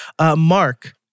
Mark